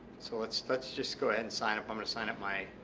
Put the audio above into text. so let's let's just go ahead and sign up. i'm gonna sign up my